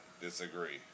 disagree